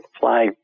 fly